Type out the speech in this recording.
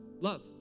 Love